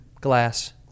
Glass